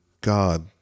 God